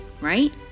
right